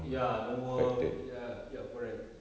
ya no work ya ya correct mm